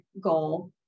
goal